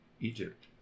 Egypt